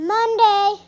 Monday